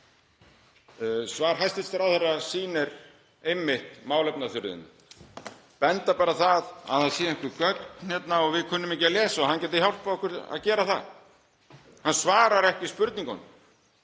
Svar hæstv. ráðherra sýnir einmitt málefnaþurrðina, að benda bara á að það séu einhver gögn hérna og að við kunnum ekki að lesa og hann geti bara hjálpað okkur að gera það. Hann svarar ekki spurningunum.